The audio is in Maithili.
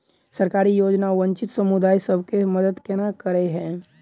सरकारी योजना वंचित समुदाय सब केँ मदद केना करे है?